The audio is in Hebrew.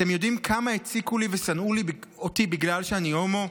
אתם יודעים כמה הציקו לי ושנאו אותי בגלל שאני הומו?